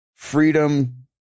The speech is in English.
Freedom